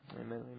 Amen